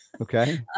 Okay